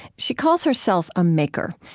she calls herself a maker.